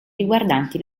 riguardanti